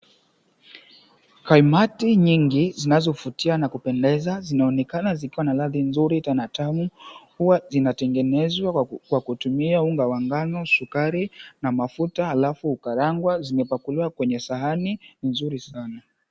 Kaimati nyingi zinazovutia na kupendeza zinaonekana zikiwa na ladha nzuri tena na tamu. Huwa zinatengenezwa kwa kutumia unga wa ngano, sukari na mafuta, halafu hukarangwa. Zimepakuliwa kwenye sahani nzuri sana.